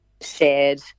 shared